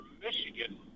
Michigan